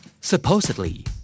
Supposedly